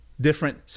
different